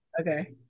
okay